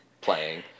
playing